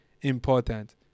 important